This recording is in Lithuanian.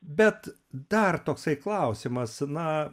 bet dar toksai klausimas na